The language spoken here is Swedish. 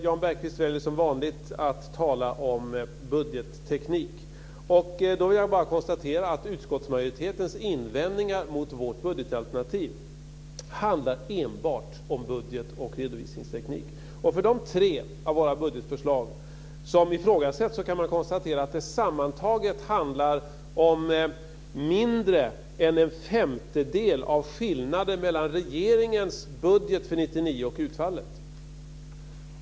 Jan Bergqvist väljer som vanligt att trots allt tala om budgetteknik. Då vill jag bara konstatera att utskottsmajoritetens invändningar mot vårt budgetalternativ enbart handlar om budget och redovisningsteknik. För de tre av våra budgetförslag som ifrågasätts handlar det sammantaget om mindre än en femtedel av skillnaden mellan regeringens budget för år 1999 och utfallet.